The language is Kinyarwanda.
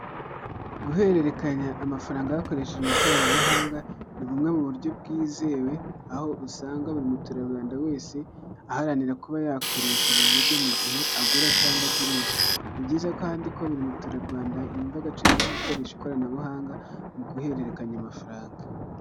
Ikinyabiziga k'ibinyamitende kikoreye kigaragara cyakorewe mu Rwanda n'abagabo batambuka muri iyo kaburimbo n'imodoka nyinshi ziparitse zitegereje abagenzi.